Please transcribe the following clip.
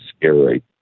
scary